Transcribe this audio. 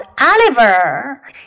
Oliver